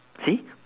see